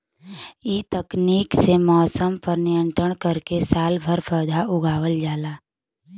इ तकनीक से मौसम पर नियंत्रण करके सालभर पौधा उगावल जाला